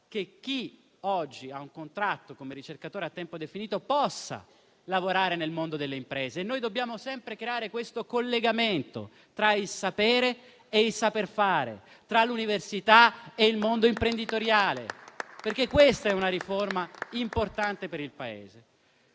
che chi oggi ha un contratto come ricercatore a tempo definito possa lavorare nel mondo delle imprese. Noi dobbiamo sempre creare questo collegamento tra il sapere e il saper fare, nonché tra l'università e il mondo imprenditoriale, perché questa è una riforma importante per il Paese.